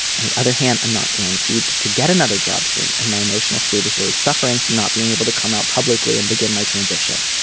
on the other hand i'm not guaranteed to get another job soon and my emotional state is really suffering for not being able to come out publicly and begin my transition.